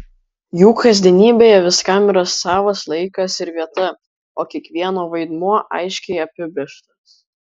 jų kasdienybėje viskam yra savas laikas ir vieta o kiekvieno vaidmuo aiškiai apibrėžtas